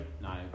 No